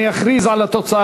קודם אני אכריז על התוצאה.